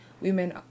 Women